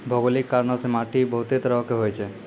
भौगोलिक कारणो से माट्टी बहुते तरहो के होय छै